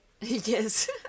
Yes